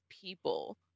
people